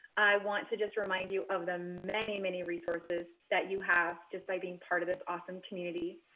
i want to just remind you of the many, many resources that you have just by being part of this awesome community.